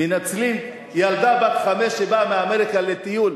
מנצלים ילדה בת חמש שבאה מאמריקה לטיול,